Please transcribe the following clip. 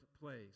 place